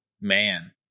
man